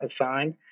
assigned